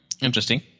Interesting